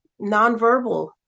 nonverbal